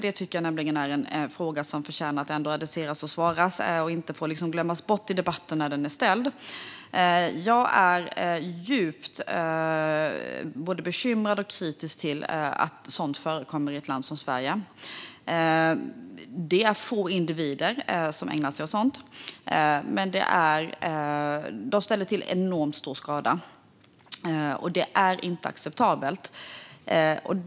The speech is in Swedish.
Det tycker jag nämligen är en fråga som förtjänar att adresseras och besvaras och inte glömmas bort i debatten när den är ställd. Jag är både djupt bekymrad över och kritisk till att sådant förekommer i ett land som Sverige. Det är få individer som ägnar sig åt sådant, men de ställer till enormt stor skada. Det är inte acceptabelt.